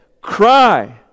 cry